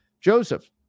Joseph